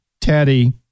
Teddy